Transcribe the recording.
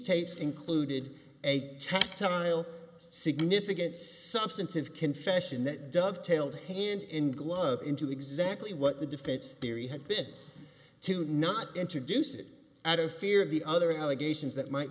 tapes included a tactile significance substantive confession that dovetailed hand in glove into exactly what the defense theory had been to not introduce it out of fear of the other allegations that might